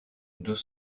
deux